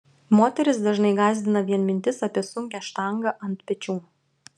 moteris dažnai gąsdina vien mintis apie sunkią štangą ant pečių